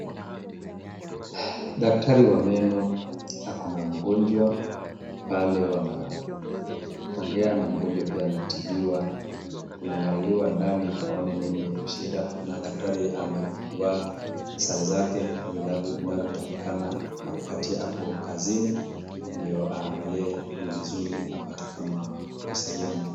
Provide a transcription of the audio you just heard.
Daktari wa meno ako na mgonjwa pale wanaongea na mgonjwa pia anatibiwa, anaangaliliwa ndani aone nini shida na daktari amevaa sare zake, glavu zinatatikana wakati ako kazini ndio aangalie ni vizuri apate kama kusaidia.